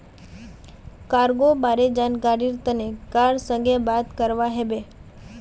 cargo बारे जानकरीर तने कार संगे बात करवा हबे